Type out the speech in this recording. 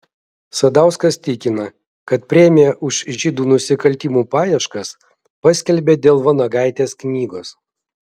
sadauskas tikina kad premiją už žydų nusikaltimų paieškas paskelbė dėl vanagaitės knygos